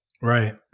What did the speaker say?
right